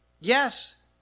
Yes